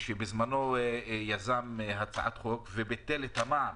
שבזמנו יזם הצעת חוק וביטל את המע"מ